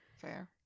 Fair